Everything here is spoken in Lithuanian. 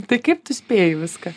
tai kaip tu spėji viską